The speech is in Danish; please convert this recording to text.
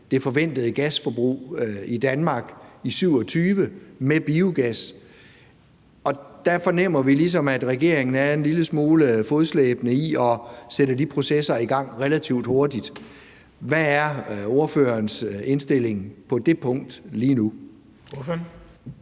det forventede gasforbrug i Danmark i 2027 med biogas, og der fornemmer vi ligesom, at regeringen er en lille smule fodslæbende med hensyn til at sætte de processer i gang relativt hurtigt. Hvad er ordførerens indstilling på det punkt lige nu?